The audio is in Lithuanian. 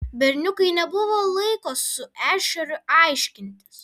berniukui nebuvo laiko su ešeriu aiškintis